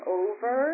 over